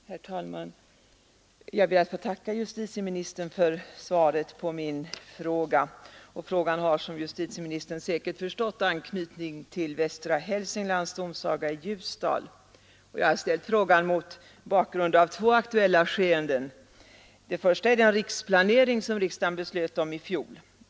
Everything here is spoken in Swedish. Herr talman! Jag ber att få tacka justitieministern för svaret på min fråga. Som justitieministern säkert förstått har frågan anknytning till Västra Hälsinglands domsaga i Ljusdal. Jag har ställt frågan mot bakgrund av två aktuella skeenden. Det första är den riksplanering som riksdagen beslöt om i fjol.